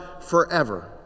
forever